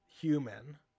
human